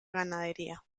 ganadería